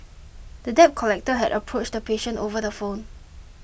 the debt collector had approached the patient over the phone